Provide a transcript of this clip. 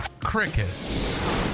cricket